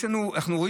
יש לנו עלייה